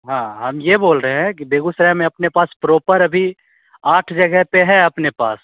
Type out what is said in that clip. हाँ हम यह बोल रहे हैं के बेगूसराय में आपने पास प्रॉपर अभी आठ जगह पर है अपने पास